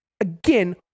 again